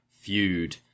feud